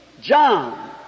John